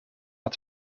het